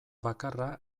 bakarra